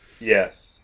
Yes